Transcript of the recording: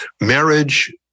Marriage